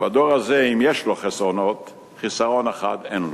בדור הזה, אם יש לו חסרונות, חיסרון אחד אין לו: